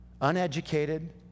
uneducated